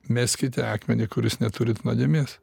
meskite akmenį kuris neturit nuodėmės